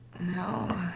No